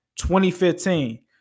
2015